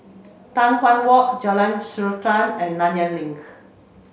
Tai Hwan Walk Jalan Srantan and Nanyang Link